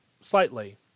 slightly